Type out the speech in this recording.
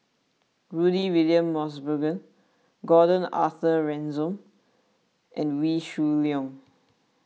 Rudy William Mosbergen Gordon Arthur Ransome and Wee Shoo Leong